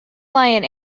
lion